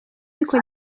ariko